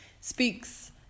speaks